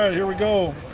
ah here we go!